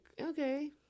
okay